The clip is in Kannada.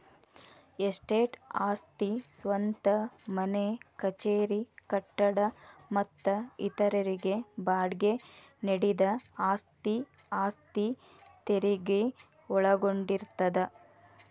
ಎಸ್ಟೇಟ್ ಆಸ್ತಿ ಸ್ವಂತ ಮನೆ ಕಚೇರಿ ಕಟ್ಟಡ ಮತ್ತ ಇತರರಿಗೆ ಬಾಡ್ಗಿ ನೇಡಿದ ಆಸ್ತಿ ಆಸ್ತಿ ತೆರಗಿ ಒಳಗೊಂಡಿರ್ತದ